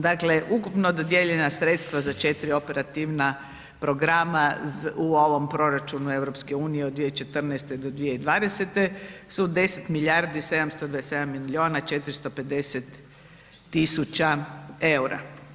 Dakle ukupno dodijeljena sredstva za četiri operativna programa u ovom proračunu EU od 2014. do 2020. su 10 milijardi 727 milijuna 450 tisuća eura.